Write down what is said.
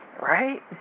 Right